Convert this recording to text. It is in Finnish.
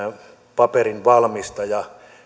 paperin valmistaja